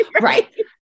right